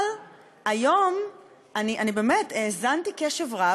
אבל היום אני באמת האזנתי קשב רב,